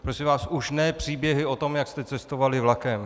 Prosím vás, už ne příběhy o tom, jak jste cestovali vlakem.